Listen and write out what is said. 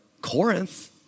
Corinth